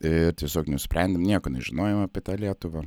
ir tiesiog nusprendėm nieko nežinojom apie tą lietuvą